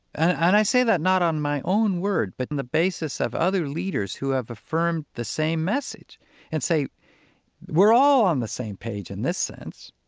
and i say that, not on my own word, but on the basis of other leaders who have affirmed the same message and say we're all on the same page in this sense.